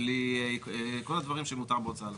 בלי כל הדברים שמותר בהוצאה לפועל.